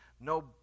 no